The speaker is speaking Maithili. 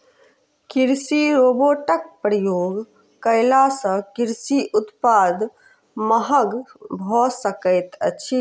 कृषि रोबोटक प्रयोग कयला सॅ कृषि उत्पाद महग भ सकैत अछि